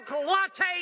latte